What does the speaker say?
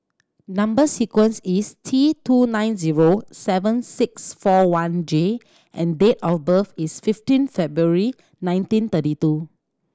number sequence is T two nine zero seven six four one J and date of birth is fifteen February nineteen thirty two